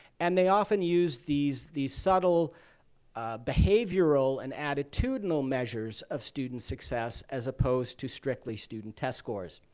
and they often use these these subtle behavioral and attitudinal measures of student success as opposed to strictly student test scores.